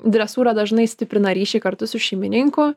dresūra dažnai stiprina ryšį kartu su šeimininku